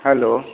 hello